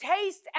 taste